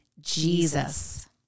Jesus